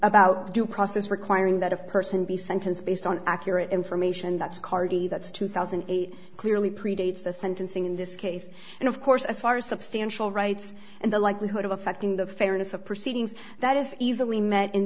about due process requiring that a person be sentenced based on accurate information that's carty that's two thousand and eight clearly predates the sentencing in this case and of course as far as substantial rights and the likelihood of affecting the fairness of proceedings that is easily met in